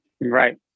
Right